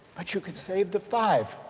but you can save the five.